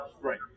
Right